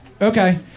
Okay